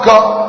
God